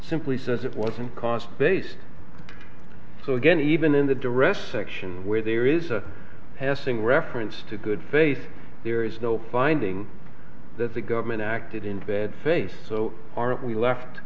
simply says it wasn't cost based so again even in the duress section where there is a passing reference to good faith there is no finding that the government acted in bad faith so aren't we left